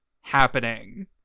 happening